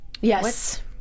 Yes